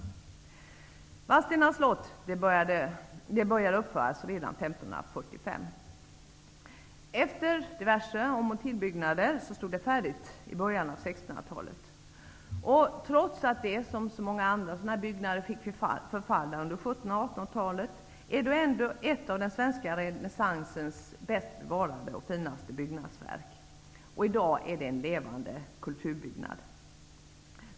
Man började uppföra Vadstena slott redan 1545. Efter diverse om och tillbyggnader stod slottet färdigt i början av 1600-talet. Trots att Vadstena slott, precis som så många andra liknande byggnader, fick förfalla under 1700 och 1800-talen är det ett av den svenska renässansens bäst bevarade och finaste byggnadsverk. I dag är slottet en levande kulturbyggnad.